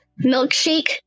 Milkshake